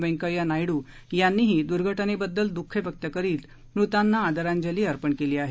वेंकय्या नायडू यांनीही दुर्घटनेबद्दल दुःख व्यक्त करीत मृतांना आदरांजली अर्पण केली आहे